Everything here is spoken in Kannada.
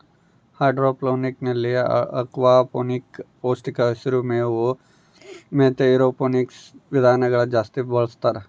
ಹೈಡ್ರೋಫೋನಿಕ್ಸ್ನಲ್ಲಿ ಅಕ್ವಾಫೋನಿಕ್ಸ್, ಪೌಷ್ಟಿಕ ಹಸಿರು ಮೇವು ಮತೆ ಏರೋಫೋನಿಕ್ಸ್ ವಿಧಾನದಾಗ ಜಾಸ್ತಿ ಬಳಸ್ತಾರ